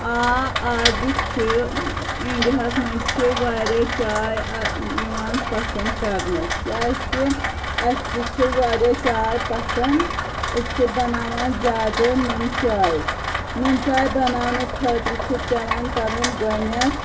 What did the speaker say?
آ اَزٕ چھُ اِنڈیاہَس منٛز چھِ واریاہ چاے یِوان پَسنٛد کَرنہٕ کیٛازِکہِ اَسہِ تہِ چھِ واریاہ چاے پَسنٛد أسۍ چھِ بَناوان زیادٕ نُن چاے نُن چاے بَناونہٕ خٲطرٕ چھِ پٮ۪وان کَرُن گۄڈنٮ۪تھ